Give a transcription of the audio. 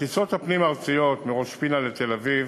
הטיסות הפנים-ארציות מראש-פינה לתל-אביב